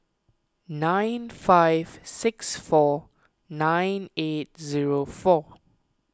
nine five six four nine eight zero four